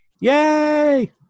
Yay